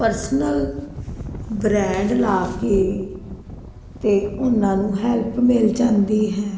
personal brand ਲਾ ਕੇ ਅਤੇ ਉਹਨਾਂ ਨੂੰ ਹੈਲਪ ਮਿਲ ਜਾਂਦੀ ਹੈ